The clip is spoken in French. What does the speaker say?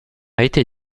été